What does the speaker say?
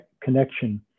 connection